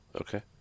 Okay